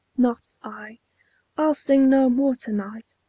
not i i'll sing no more to-night!